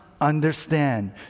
understand